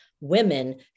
women